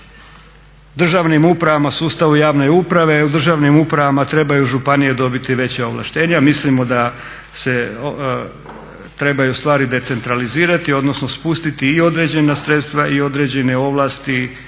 u državnim upravama, sustavu javne uprave, u državnim upravama trebaju županije dobiti veće ovlaštenje, a mislimo da se treba u stvari decentralizirati, odnosno spustiti i određena sredstva i određene ovlasti